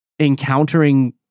encountering